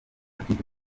philippe